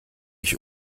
ich